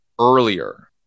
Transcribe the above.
earlier